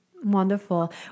Wonderful